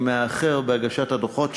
אם הוא מאחר בהגשת הדוחות שלו,